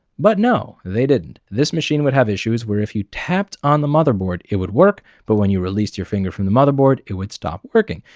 but no they didn't. this machine would have issues where if you tapped on the motherboard, it would work. but when you released your finger from the motherboard it would stop working.